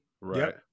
right